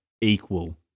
equal